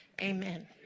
Amen